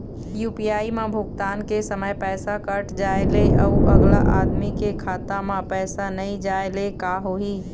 UPI म भुगतान के समय पैसा कट जाय ले, अउ अगला आदमी के खाता म पैसा नई जाय ले का होही?